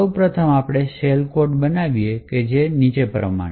સૌ પ્રથમ આપણે શેલ કોડ બનાવીએ છીએ જે જોઈએ છે નીચે પ્રમાણે